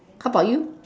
how about you